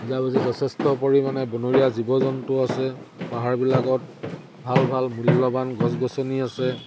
যথেষ্ট পৰিমাণে বনৰীয়া জীৱ জন্তু আছে পাহাৰবিলাকত ভাল ভাল মূল্যৱান গছ গছনি আছে